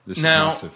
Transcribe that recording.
Now